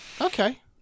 Okay